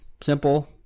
simple